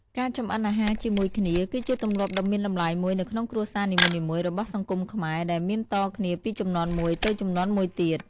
ការចម្អិនអាហារជាមួយគ្នាគឺជាទម្លាប់ដ៏មានតម្លៃមួយនៅក្នុងគ្រួសារនីមួយៗរបស់សង្គមខ្មែរ ដែលមានតគ្នាពីជំនាន់មួយទៅជំនាន់មួយទៀត ។